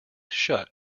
shut